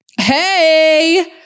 Hey